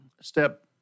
Step